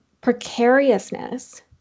precariousness